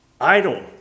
idle